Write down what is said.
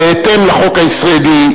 בהתאם לחוק הישראלי,